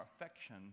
affection